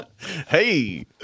Hey